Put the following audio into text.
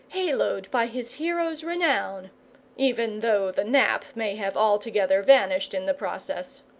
haloed by his hero's renown even though the nap may have altogether vanished in the process.